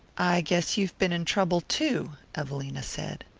i guess you've been in trouble too, evelina said.